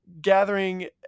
gathering